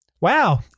Wow